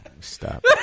Stop